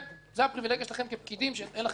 זו הפריבילגיה שלכם כפקידים, שאין לכם אחריות.